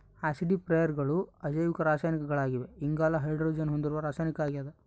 ಆಸಿಡಿಫೈಯರ್ಗಳು ಅಜೈವಿಕ ರಾಸಾಯನಿಕಗಳಾಗಿವೆ ಇಂಗಾಲ ಹೈಡ್ರೋಜನ್ ಹೊಂದಿರದ ರಾಸಾಯನಿಕ ಆಗ್ಯದ